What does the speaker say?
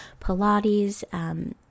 Pilates